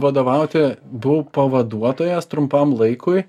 vadovauti buvau pavaduotojas trumpam laikui